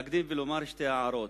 אני רוצה להקדים ולומר שתי הערות.